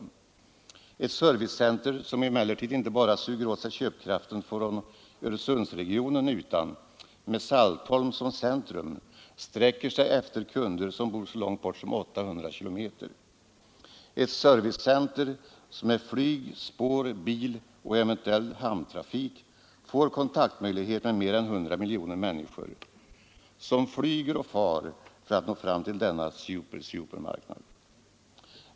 Det gäller ett servicecenter som inte bara suger åt sig köpkraften från Öresundsregionen utan — med Saltholm som centrum — sträcker sig efter kunder som bor så långt bort som 800 km, ett servicecenter som med flyg, spår-, biloch eventuellt hamntrafik får kontaktmöjlighet med mer än 100 miljoner människor som flyger och far för att nå fram till denna super-supermarknad.